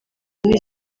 muri